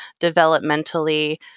developmentally